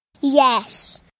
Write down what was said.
Yes